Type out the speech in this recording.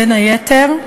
בין היתר,